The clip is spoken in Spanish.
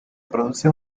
produce